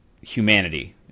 humanity